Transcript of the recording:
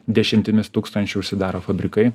dešimtimis tūkstančių užsidaro fabrikai